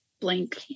blank